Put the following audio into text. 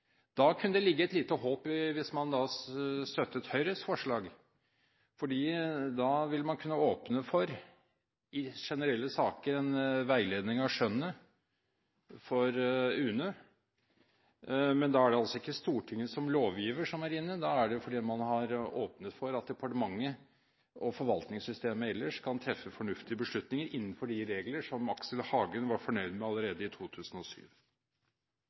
Da kunne det ligge et lite håp hvis man støttet Høyres forslag, fordi da ville man kunnet åpne for, i generelle saker, en veiledning av skjønnet for UNE, men da er det altså ikke Stortinget som lovgiver som er inne. Da er det fordi man har åpnet for at departementet og forvaltningssystemet ellers kan treffe fornuftige beslutninger innenfor de regler som Aksel Hagen var fornøyd med allerede i 2007.